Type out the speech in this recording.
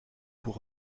pour